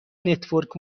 نتورک